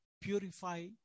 purify